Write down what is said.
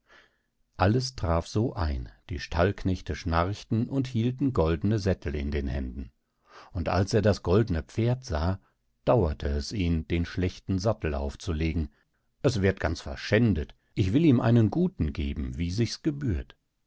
alles traf so ein die stallknechte schnarchten und hielten goldne sättel in den händen und als er das goldne pferd sah dauerte es ihn den schlechten sattel aufzulegen es wird ganz verschändet ich will ihm einen guten geben wie sichs gebührt